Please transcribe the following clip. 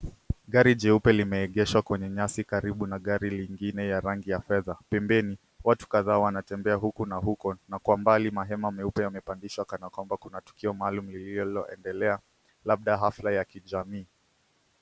Gari jeupe lime egeshwa kwenye nyasi karibu na gari lingine la rangi ya fedha . Pembeni watu kadhaa wanatembea huku na huko kwa mbali mahema meupe yamepandishwa kana kwamba kuna tukio maalum lilio endelea labda hafla ya kijamii.